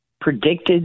predicted